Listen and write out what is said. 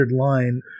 line